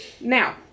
Now